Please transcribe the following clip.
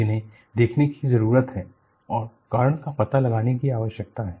जिन्हें देखने की जरूरत है और कारण का पता लगाने की आवश्यकता है